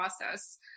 process